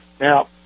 Now